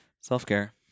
Self-care